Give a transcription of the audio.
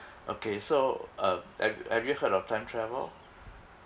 okay so uh have have you have you heard of time travel